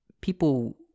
people